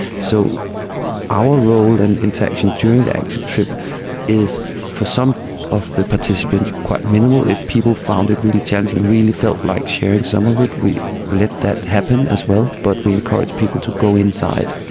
so our role and interaction during the actual trip is for some of the participants quite minimal. if people found it really challenging and really felt like sharing some of it we let that happen as well, but we encouraged people to go inside.